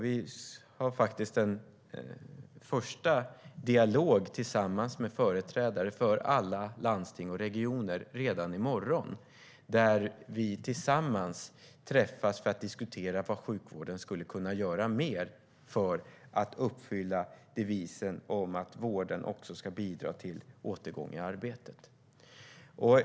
Vi har faktiskt redan i morgon en första dialog tillsammans med företrädare för alla landsting och regioner, där vi tillsammans träffas för att diskutera vad sjukvården skulle kunna göra mer för att uppfylla devisen om att vården också ska bidra till återgång i arbetet.